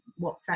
WhatsApp